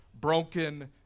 broken